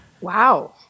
wow